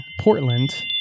Portland